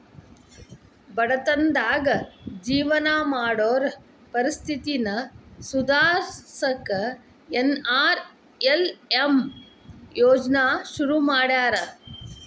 ಬಡತನದಾಗ ಜೇವನ ಮಾಡೋರ್ ಪರಿಸ್ಥಿತಿನ ಸುಧಾರ್ಸಕ ಎನ್.ಆರ್.ಎಲ್.ಎಂ ಯೋಜ್ನಾ ಶುರು ಮಾಡ್ಯಾರ